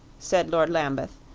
said lord lambeth,